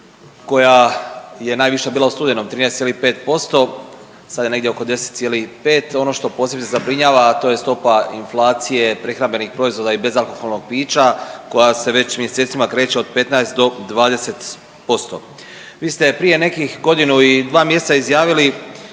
koja je najviša bila u studenom 13,5%, sad je negdje oko 10,5, ono što posebice zabrinjava a to je stopa inflacije prehrambenih proizvoda i bezalkoholnog pića koja se već mjesecima kreće od 15 do 20%. Vi ste prije nekih godinu i dva mjeseca izjavili